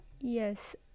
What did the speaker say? Yes